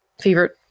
Favorite